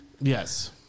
Yes